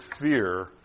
fear